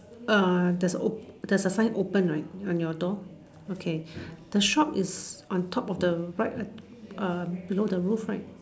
err there's a op~ there's a sign open right on your door okay the shop is on top of the right right um below the roof right